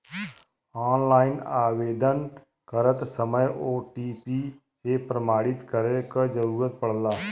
online आवेदन करत समय ओ.टी.पी से प्रमाणित करे क जरुरत पड़ला